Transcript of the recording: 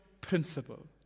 principle